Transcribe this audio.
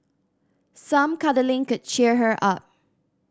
some cuddling could cheer her up